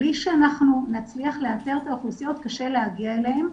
בלי שנצליח לאתר את האוכלוסיות קשה להגיע אליהן,